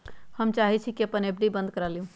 हम चाहई छी कि अपन एफ.डी बंद करा लिउ